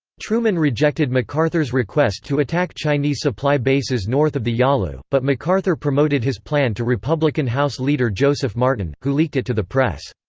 truman rejected macarthur's request to attack chinese supply bases north of the yalu, but macarthur promoted his plan to republican house leader joseph martin, who leaked it to the press.